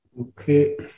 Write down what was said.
Okay